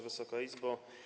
Wysoka Izbo!